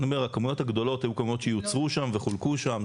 הכמויות הגדולות היו כמויות שיוצרו שם וחולקו שם.